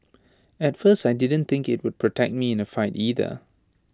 at first I didn't think IT would protect me in A fight either